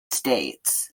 states